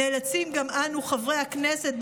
נאלצים גם אנו חברי הכנסת,